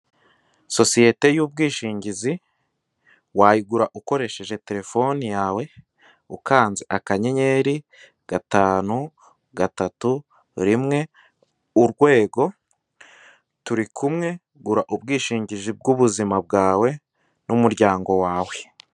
Sosiyete y'ubwishingizi wayigura ukoresheje terefone yawe, ukanze akanyenyeri, gatanu, gatatu, rimwe, urwego, turikumwe, gura ubwishingizi bw'ubuzima bwawe n'umuryango wawe.